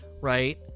right